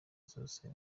zose